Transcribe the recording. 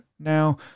now